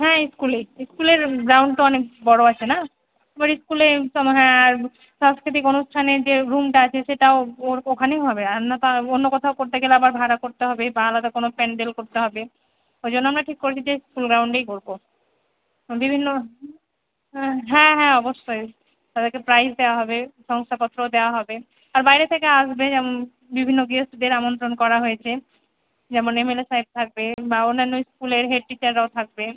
হ্যাঁ স্কুলেই স্কুলের গ্রাউন্ড তো অনেক বড় আছে না এবার স্কুলেই তো হ্যাঁ সংস্কৃতিক অনুষ্ঠানের যে রুমটা আছে সেটাও ওর ওখানেই হবে আর না তাও অন্য কোথাও করতে গেলে আবার ভাড়া করতে হবে বা আলাদা কোনো প্যান্ডেল করতে হবে ওই জন্য আমরা ঠিক করেছি যে স্কুল গ্রাউন্ডেই করবো বিভিন্ন হ্যাঁ হ্যাঁ অবশ্যই তাদেরকে প্রাইজ দেওয়া হবে সংশাপত্রও দেওয়া হবে আর বাইরে থেকে আসবে যেমন বিভিন্ন গেস্টদের আমন্ত্রণ করা হয়েছে যেমন এমএলএ স্যার থাকবে বা অন্যান্য স্কুলের হেড টিচাররাও থাকবে